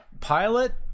pilot